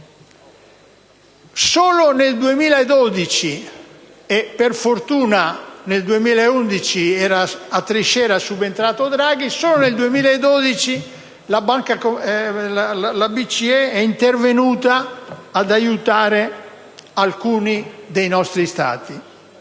Solo nel 2012 - e per fortuna nel 2011 a Trichet era subentrato Draghi - la BCE è intervenuta ad aiutare alcuni dei nostri Stati.